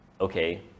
okay